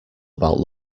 about